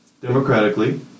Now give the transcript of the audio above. democratically